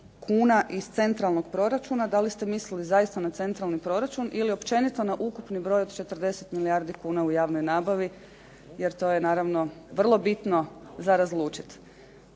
kuna iz centralnog proračuna. Da li ste mislili zaista na centralni proračun ili općenito na ukupni broj od 40 milijardi kuna u javnoj nabavi, jer to je naravno vrlo bitno za razlučiti.